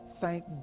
Thank